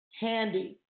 handy